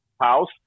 house